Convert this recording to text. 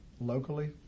locally